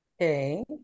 Okay